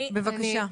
בבקשה.